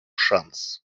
шанс